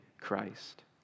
Christ